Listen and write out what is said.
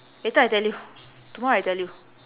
later I tell you tomorrow I tell you